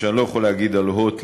מה שאני לא יכול להגיד על "הוט",